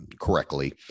correctly